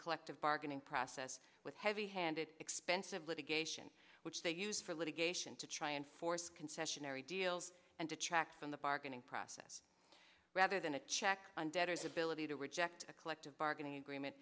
collective bargaining process with heavy handed expensive litigation which they use for litigation to try and force concessionary deals and detract from the bargaining process rather than a check on debtors ability to reject a collective bargaining agreement